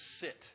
sit